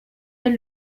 est